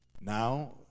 Now